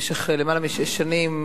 במשך למעלה משש שנים,